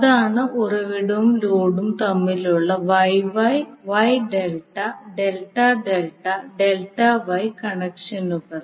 അതാണ് ഉറവിടവും ലോഡും തമ്മിലുള്ള YY Y delta delta delta delta Y കണക്ഷനുകൾ